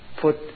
put